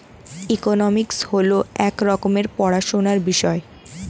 economics হল এক রকমের পড়াশোনার বিষয়